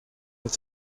with